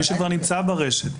מי שכבר נמצא ברשת.